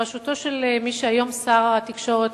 בראשותו של מי שהיום שר התקשורת,